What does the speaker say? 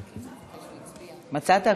מצאת?